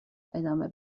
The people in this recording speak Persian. ادامه